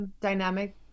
dynamic